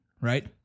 Right